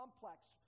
complex